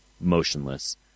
motionless